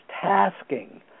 tasking